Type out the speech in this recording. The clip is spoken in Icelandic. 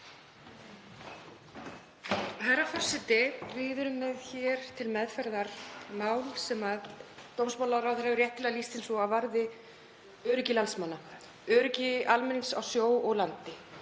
Herra forseti. Við erum hér með mál til meðferðar sem dómsmálaráðherra hefur réttilega lýst sem svo að varði öryggi landsmanna, öryggi almennings á sjó og landi.